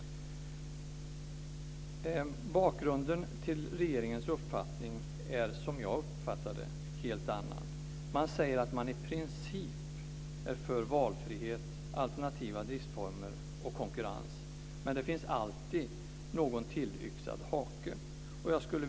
Bakgrunden till regeringens uppfattning är, som jag uppfattar det, en helt annan. Man säger att man i princip är för valfrihet, alternativa driftsformer och konkurrens, men det finns alltid någon tillyxad hake.